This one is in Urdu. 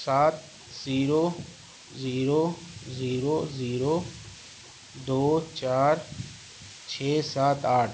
سات زیرو زیرو زیرو زیرو دو چار چھ سات آٹھ